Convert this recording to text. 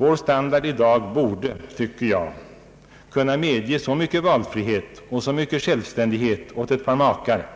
Vår standard i dag borde — tycker jag — kunna medge så mycket valfrihet och så mycket självständighet åt ett par makar